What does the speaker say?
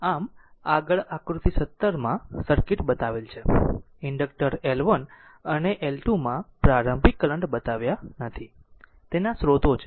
આમ આગળ આકૃતિ 17 માં સર્કિટ બતાવેલ છે ઇન્ડક્ટર L 1 અને L 2 માં પ્રારંભિક કરંટ બતાવ્યા નથી તેના સ્રોતો છે